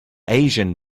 asian